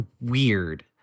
weird